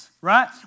right